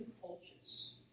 cultures